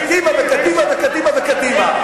קדימה וקדימה וקדימה וקדימה.